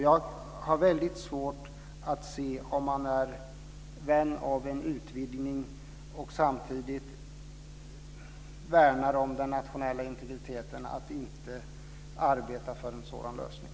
Jag har väldigt svårt att se hur man kan vara vän av en utvidgning och värna den nationella integriteten och inte arbeta för en sådan lösning.